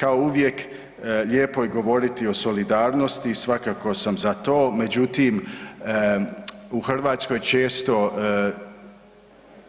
Kao uvijek lijepo je govoriti o solidarnosti i svakako sam za to, međutim u Hrvatskoj često